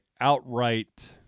outright